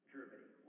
Germany